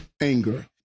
anger